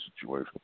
situation